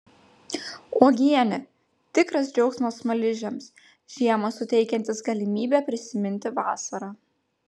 uogienė tikras džiaugsmas smaližiams žiemą suteikiantis galimybę prisiminti vasarą